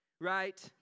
right